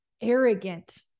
arrogant